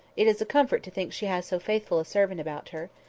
it is a comfort to think she has so faithful a servant about her.